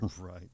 Right